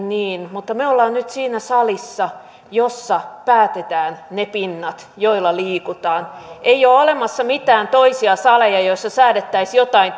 niin mutta me olemme nyt siinä salissa jossa päätetään ne pinnat joilla liikutaan ei ole olemassa mitään toisia saleja joissa säädettäisiin joitain